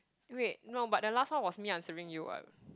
wait no but the last one was me answering you what